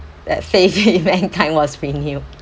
that faith in mankind was renewed